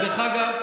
דרך אגב,